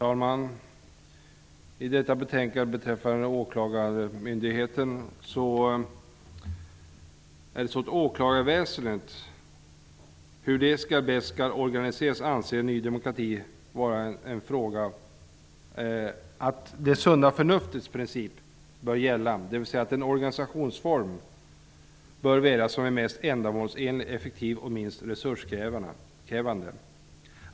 Herr talman! När det gäller frågan om hur åklagarväsendet bäst skall organiseras anser vi i Ny demokrati att det sunda förnuftets princip bör gälla, dvs. man bör välja den organisationsform som är mest ändamålsenlig, effektiv och minst resurskrävande.